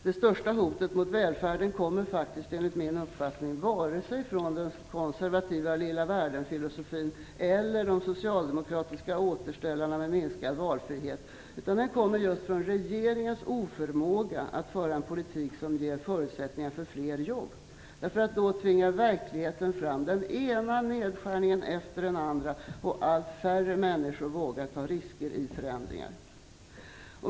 Det största hotet mot välfärden kommer enligt min uppfattning varken från den konservativa lillavärlden-filosofin eller från den socialdemokratiska återställarna mot minskad valfrihet, utan det kommer just från regeringens oförmåga att föra en politik som ger förutsättningar för fler jobb. Resultatet blir att verkligheten tvingar fram den ena nedskärningen efter den andra och att allt färre människor vågar ta risker i förändringar.